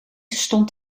stond